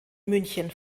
münchen